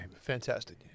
Fantastic